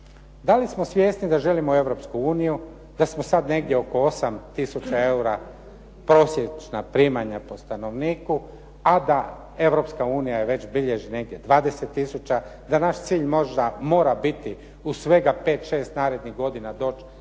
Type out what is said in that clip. Da li smo svjesni da želimo u Europsku uniju? Da smo sad negdje oko 8000 eura prosječna primanja po stanovniku, a da Europska unija već bilježi negdje 20000. Da naš cilj možda mora biti u svega pet, šest narednih godina doć